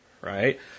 right